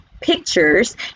pictures